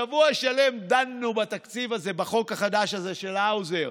שבוע שלם דנו בתקציב הזה, בחוק החדש הזה של האוזר,